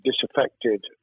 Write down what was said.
disaffected